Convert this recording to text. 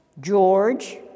George